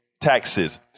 taxes